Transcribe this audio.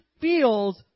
feels